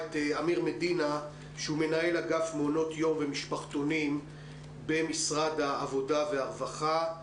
את מנהל אגף מעונות יום ומשפחתונים במשרד העבודה והרווחה.